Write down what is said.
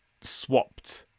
swapped